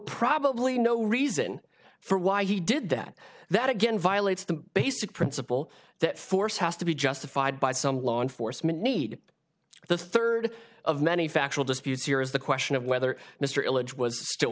probably no reason for why he did that that again violates the basic principle that force has to be justified by some law enforcement need the third of many factual disputes here is the question of whether mr image was still